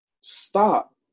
stop